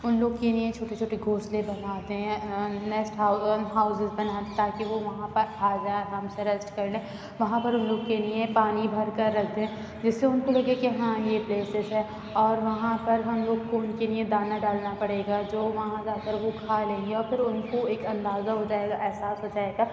اُن لوگ كے لیئیں چھوٹی چھوٹی گھونسلے بنا دیں نیسٹ ہاؤسز بنا دیں تاكہ وہ وہاں پر آ جائیں ہم سب ریسٹ كر لیں وہاں پر اُن لوگوں كے لیے پانی بھر كر ركھ دیں جس سے اُن كو لگے كہ ہاں یہ پلیسس ہے اور وہاں پر ہم لوگ كو اُن كے لیے دانا ڈالنا پڑے گا جو وہاں جا کر وہ كھا لیں گے اور پھر اُن كو ایک اندازہ ہو جائے گا احساس ہو جائے گا